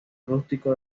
rústico